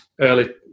early